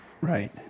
Right